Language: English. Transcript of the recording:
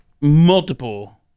multiple